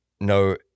no